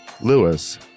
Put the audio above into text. Lewis